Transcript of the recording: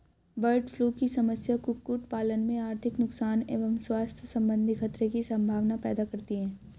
bird flu की समस्या कुक्कुट पालन में आर्थिक नुकसान एवं स्वास्थ्य सम्बन्धी खतरे की सम्भावना पैदा करती है